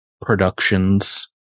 productions